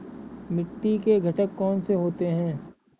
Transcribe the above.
मिट्टी के घटक कौन से होते हैं?